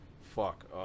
fuck